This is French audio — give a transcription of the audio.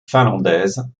finlandaise